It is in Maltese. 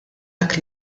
dak